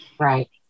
Right